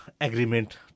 agreement